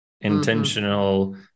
intentional